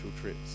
trips